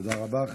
תודה רבה.